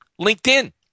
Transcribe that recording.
LinkedIn